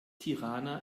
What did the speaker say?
tirana